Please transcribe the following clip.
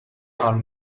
are